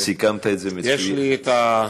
מאה אחוז.